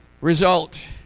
result